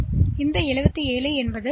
எனவே 77 செயலிக்கு வந்தவுடன்